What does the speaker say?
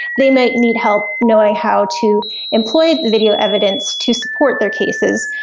they might need help knowing how to employ the video evidence to support their cases,